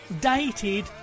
dated